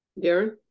Darren